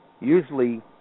usually